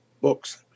books